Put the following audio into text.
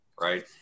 right